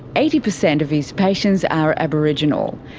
eighty percent of his patients are aboriginal.